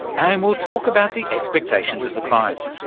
and we'll talk about the expectations of the client,